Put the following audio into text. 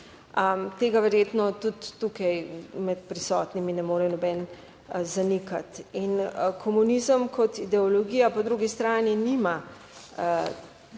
Tega verjetno tudi tukaj med prisotnimi ne more noben zanikati. In komunizem kot ideologija po drugi strani ni niti